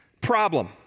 Problem